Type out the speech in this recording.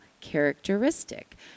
characteristic